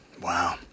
Wow